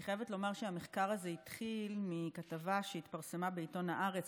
אני חייבת לומר שהמחקר הזה התחיל מכתבה שהתפרסמה בעיתון הארץ,